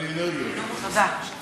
הרבה יותר גדול ממה שהונח על שולחן הכנסת.